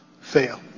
fail